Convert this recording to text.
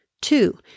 Two